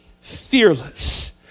fearless